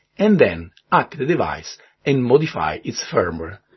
and then hack the device and modify its firmware.